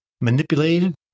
manipulated